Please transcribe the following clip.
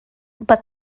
but